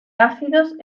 áfidos